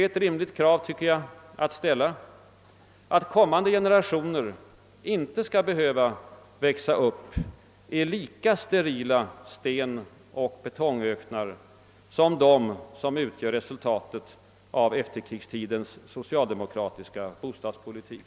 Ett rimligt krav att ställa tycker jag är att kommande generationer inte skall behöva växa upp i lika sterila stenoch betongöknar som de som utgör resultatet av efterkrigstidens socialdemokratiska bostadspolitik.